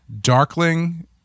darkling